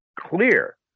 clear